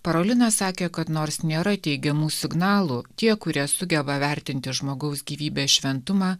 parolinas sakė kad nors nėra teigiamų signalų tie kurie sugeba vertinti žmogaus gyvybės šventumą